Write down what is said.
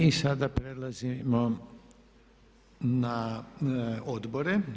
I sada prelazimo na odbore.